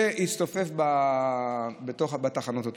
והוא הצטופף בתחנות האוטובוסים.